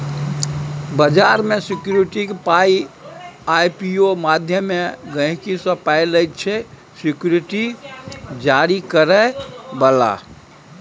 बजार मे सिक्युरिटीक पाइ आइ.पी.ओ माध्यमे गहिंकी सँ पाइ लैत छै सिक्युरिटी जारी करय बला